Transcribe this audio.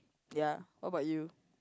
ya what about you